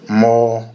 more